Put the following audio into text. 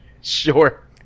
Sure